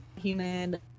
human